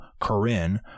Corinne